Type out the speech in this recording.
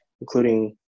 including